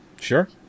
Sure